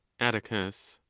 atticus.